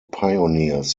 pioneers